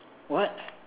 what